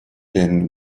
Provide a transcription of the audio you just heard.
been